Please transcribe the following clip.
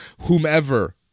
whomever